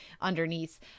underneath